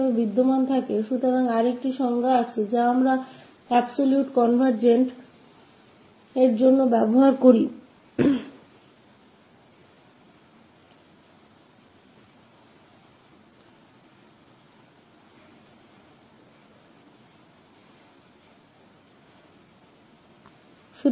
तो एक और परिभाषा है जिसका उपयोग हम absolute convergent के लिए करते हैं